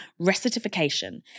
recertification